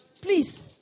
Please